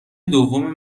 دوم